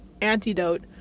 antidote